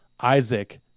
Isaac